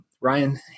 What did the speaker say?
Ryan